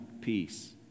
peace